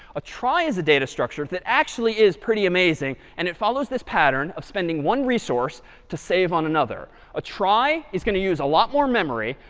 a trie is a data structure that actually is pretty amazing. and it follows this pattern of spending one resource to save on another. a trie is going to use a lot more memory,